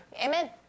Amen